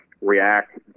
react